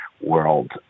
world